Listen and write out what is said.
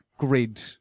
grid